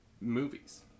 movies